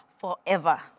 forever